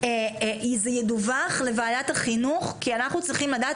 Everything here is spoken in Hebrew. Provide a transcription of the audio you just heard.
וזה ידווח לוועדת החינוך כי אנחנו צריכים לדעת